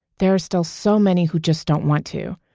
there is still so many who just don't want to.